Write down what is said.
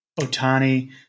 Otani